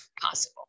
possible